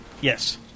Yes